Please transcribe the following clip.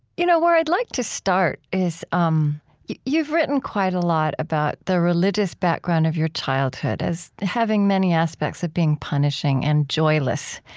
you know where i'd like to start is um you've written quite a lot about the religious background of your childhood as having many aspects of being punishing and joyless.